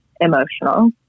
emotional